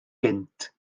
gynt